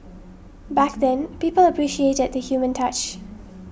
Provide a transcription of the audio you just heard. back then people appreciated the human touch